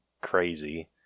crazy